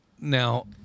now